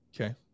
Okay